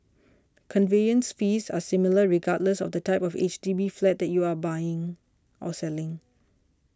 conveyance fees are similar regardless of the type of H D B flat that you are buying or selling